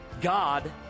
God